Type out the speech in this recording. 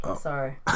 sorry